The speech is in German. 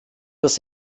das